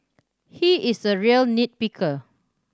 he is a real nit picker